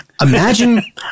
Imagine